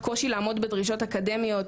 קושי לעמוד בדרישות אקדמיות,